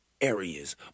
areas